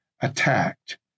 attacked